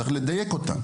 צריך לדייק אותם,